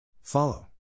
Follow